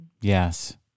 Yes